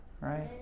Right